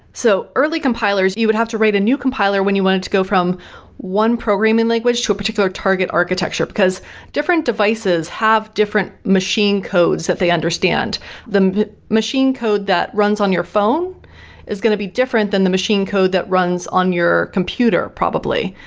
so early compilers, you would have to rate a new compiler when you wanted to go from one programming language to a particular target architecture because different devices have different machine codes that they understand the machine code that runs on your phone is going to be different than the machine code that runs on your computer probably.